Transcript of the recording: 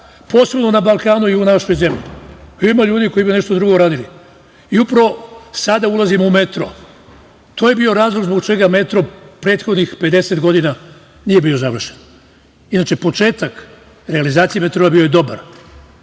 posebno na Balkanu i u našoj zemlji. Ima ljudi koji bi nešto drugo radili. Upravo sada ulazimo u metro. To je bio razlog zbog čega metro prethodnih 50 godina nije bio završen. Inače, početak realizacije metroa bio je dobar.